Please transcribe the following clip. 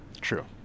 True